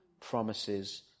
promises